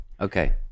Okay